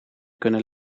kunnen